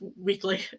weekly